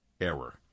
error